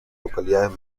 localidades